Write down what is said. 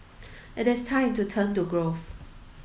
it is time to turn to growth